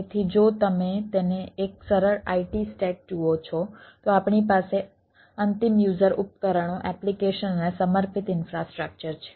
તેથી જો તમે તેને એક સરળ IT સ્ટેક જુઓ છો તો આપણી પાસે અંતિમ યુઝર ઉપકરણો એપ્લિકેશન અને સમર્પિત ઇન્ફ્રાસ્ટ્રક્ચર છે